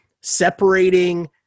separating